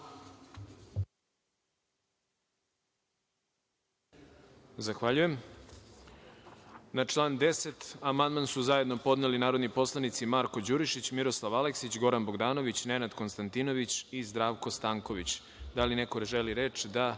Zahvaljujem. Na član 12. amandman su zajedno podneli narodni poslanici Marko Đurišić, Miroslav Aleksić, Goran Bogdanović, Nenad Konstantinović i Zdravko Stanković. Da li neko želi reč?